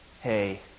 Hey